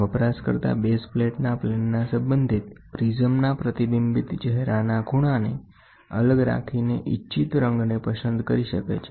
વપરાશકર્તા બેઝ પ્લેટના પ્લેનના સંબંધિત પ્રિઝમના પ્રતિબિંબિત ચહેરાના ખૂણાને અલગ રાખીને ઇચ્છિત રંગને પસંદ કરી શકે છે